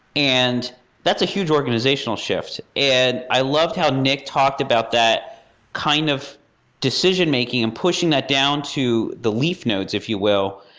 and that's a huge organizational shift and i loved how nic talked about that kind of decision making and pushing that down to the leaf nodes, if you will.